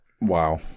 Wow